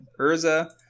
Urza